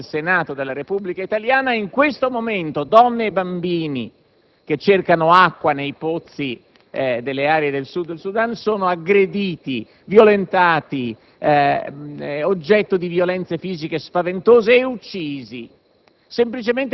nell'Aula del Senato della Repubblica italiana: in questo momento, donne e bambini, che cercano acqua nei pozzi delle aree del Sud del Sudan, sono aggrediti, violentati, oggetto di violenze fisiche spaventose e